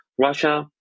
Russia